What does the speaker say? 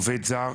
עובד זר,